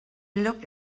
looked